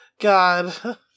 God